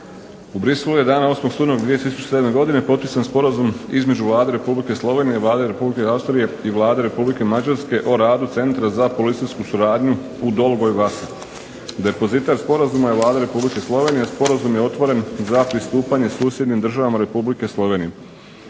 U Bruxellesu je dana 8. studenog 2007. godine potpisan Sporazum između Vlade Republike Slovenije i Vlade Republike Austrije i Vlade Republike Mađarske o radu Centra za policijsku suradnju u Dolgoj Vasi. Depozitar sporazuma je Vlada Republike Slovenije, a sporazum je otvoren za pristupanje susjednim državama Republike Slovenije.